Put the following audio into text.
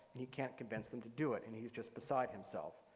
and he can't convince them to do it and he is just beside himself.